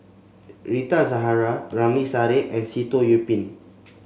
Rita Zahara Ramli Sarip and Sitoh Yih Pin